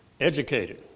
educated